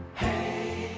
hey